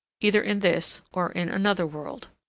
either in this or in another world.